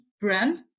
brand